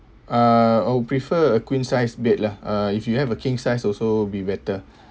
uh I would prefer a queen sized bed lah uh if you have a king size also would be better